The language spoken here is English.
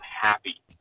happy